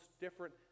different